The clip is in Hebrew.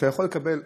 אתה יכול לקבל,